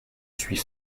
suis